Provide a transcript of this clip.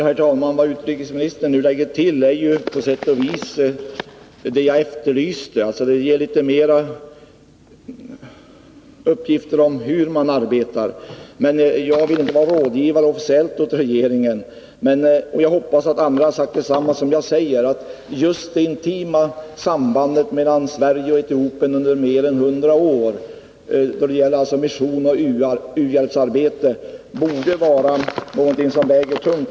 Herr talman! Vad utrikesministern nu lägger till är på sätt och vis det jag efterlyste; det ger litet mera uppgifter om hur man arbetar. Jag vill inte vara någon officiell rådgivare åt regeringen, och jag hoppas att andra har sagt detsamma som jag säger nu, nämligen att just det intima sambandet mellan Sverige och Etiopien under mer än 100 år då det gäller mission och u-hjälpsarbete borde vara någonting som väger tungt.